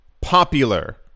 popular